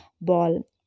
Ball